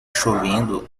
chovendo